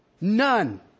None